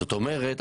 זאת אומרת,